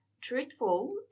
truthful